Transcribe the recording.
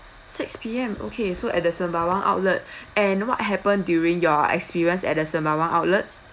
six P_M okay so at the Sembawang outlet and what happened during your experience at the Sembawang outlet